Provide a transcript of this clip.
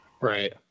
Right